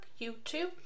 YouTube